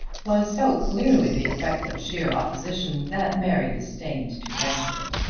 was so clearly the effect of sheer opposition that mary disdained to answer it.